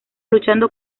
luchando